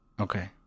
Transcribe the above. Okay